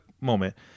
Moment